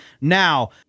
Now